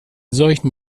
solchen